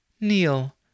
kneel